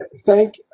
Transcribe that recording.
thank